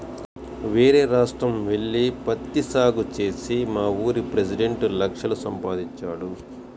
యేరే రాష్ట్రం యెల్లి పత్తి సాగు చేసి మావూరి పెసిడెంట్ లక్షలు సంపాదించాడు